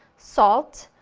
salt,